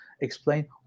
explain